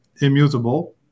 immutable